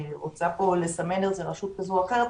רוצה לסמן איזה רשות כזאת או אחרת,